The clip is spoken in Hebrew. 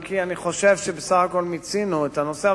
אם כי אני חושב שמיצינו את הנושא.